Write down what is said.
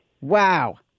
Wow